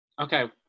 Okay